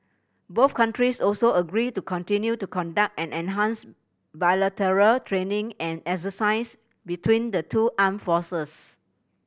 both countries also agreed to continue to conduct and enhance bilateral training and exercises between the two armed forces